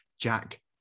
Jack